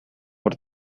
por